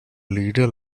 leader